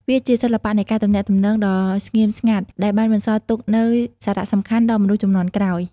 វាជាសិល្បៈនៃការទំនាក់ទំនងដ៏ស្ងៀមស្ងាត់ដែលបានបន្សល់ទុកនូវសារសំខាន់ដល់មនុស្សជំនាន់ក្រោយ។